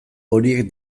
horiek